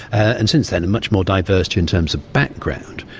and since then, much more diversity in terms of background.